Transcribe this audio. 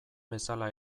bezala